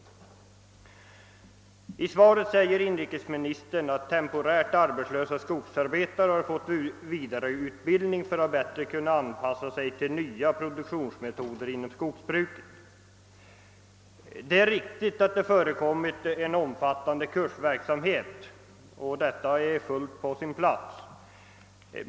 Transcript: I svaret säger inrikesministern, att temporärt arbetslösa skogsarbetare har fått vidareutbildning för att bättre kunna anpassa sig till nya produktionsmetoder inom skogsbruket. Det är riktigt att det förekommit en omfattande kursverksamhet, och detta är fullt på sin plats.